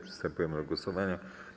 Przystępujemy do głosowania.